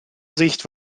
sicht